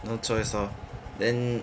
no choice lor then